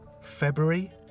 February